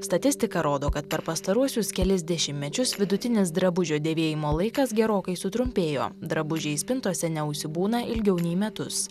statistika rodo kad per pastaruosius kelis dešimtmečius vidutinis drabužio dėvėjimo laikas gerokai sutrumpėjo drabužiai spintose neužsibūna ilgiau nei metus